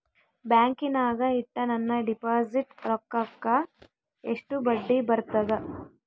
ಬ್ಯಾಂಕಿನಾಗ ಇಟ್ಟ ನನ್ನ ಡಿಪಾಸಿಟ್ ರೊಕ್ಕಕ್ಕ ಎಷ್ಟು ಬಡ್ಡಿ ಬರ್ತದ?